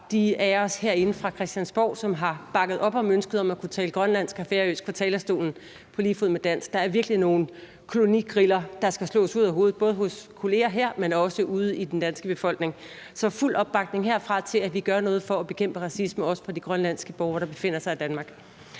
de af os herinde fra Christiansborgs side, som har bakket op om ønsket om at kunne tale grønlandsk og færøsk fra talerstolen på lige fod med dansk. Der er virkelig nogle kolonigriller, der skal slås ud af hovedet, både hos kolleger her, men også ude i den danske befolkning. Så fuld opbakning herfra til, at vi gør noget for at bekæmpe racisme, også for de grønlandske borgere, der befinder sig i Danmark.